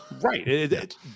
Right